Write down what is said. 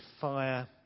fire